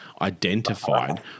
identified